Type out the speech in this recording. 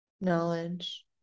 knowledge